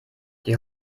die